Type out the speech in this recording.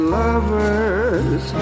lovers